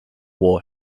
war